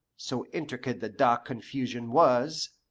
so intricate the dark confusion was,